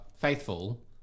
faithful